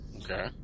Okay